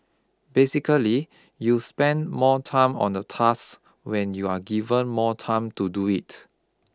basically you spend more time on a task when you are given more time to do it